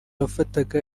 wafataga